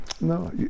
No